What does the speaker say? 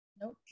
Nope